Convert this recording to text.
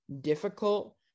difficult